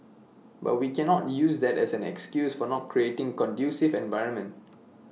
but we cannot use that as an excuse for not creating conducive environment